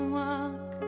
walk